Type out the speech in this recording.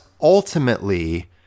ultimately